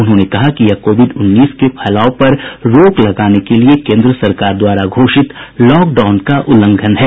उन्होंने कहा कि यह कोविड उन्नीस के फैलाव पर रोक लगाने के लिए केन्द्र सरकार द्वारा घोषित लॉकडाउन का उल्लंघन है